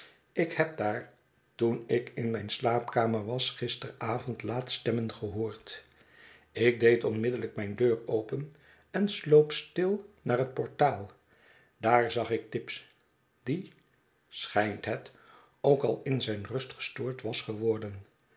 ik heb daar toen ik in mijn slaapkamer was gisteravond laat stemmen gehoord ik deed onmiddellijk mijn deur open en sloop stil naar het portaal daar zag ik tibbs die schynt het ook al in zijn rust gestoord was geworden